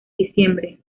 diciembre